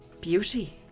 beauty